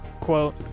quote